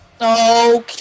Okay